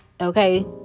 Okay